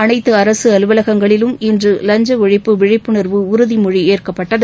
அனைத்து அரசு அலுவலகங்களிலும் இன்று லஞ்ச ஒழிப்பு விழிப்புனர்வு உறுதிமொழியேற்கப்பட்டது